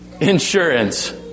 insurance